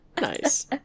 Nice